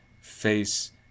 face